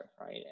right